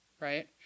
right